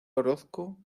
orozco